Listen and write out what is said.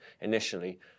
initially